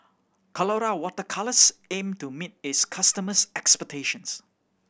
Colora Water Colours aim to meet its customers' expectations